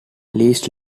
least